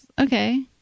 Okay